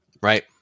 Right